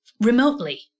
remotely